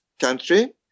country